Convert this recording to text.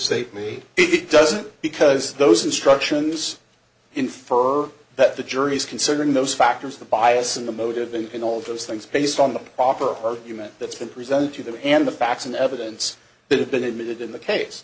maybe it doesn't because those instructions infer that the jury is considering those factors the bias in the motive and in all those things based on the proper argument that's been presented to them and the facts and evidence that have been admitted in the case